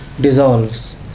dissolves